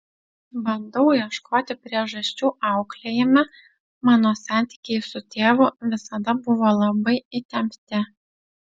bandau ieškoti priežasčių auklėjime mano santykiai su tėvu visada buvo labai įtempti